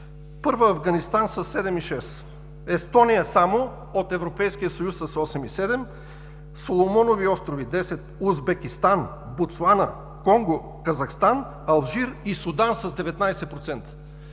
Първи е Афганистан със 7.6, Естония само от Европейския съюз – с 8.7, Соломонови острови – 10, Узбекистан, Ботсуана, Конго, Казахстан, Алжир и Судан са с 19%.